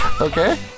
Okay